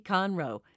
Conroe